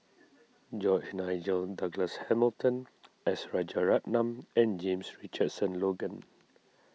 George Nigel Douglas Hamilton S Rajaratnam and James Richardson Logan